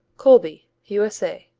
colby u s a.